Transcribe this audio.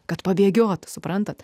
kad pabėgioti suprantate